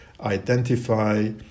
identify